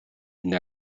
une